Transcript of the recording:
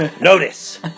Notice